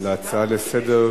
על ההצעה לסדר-היום.